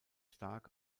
stark